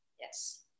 Yes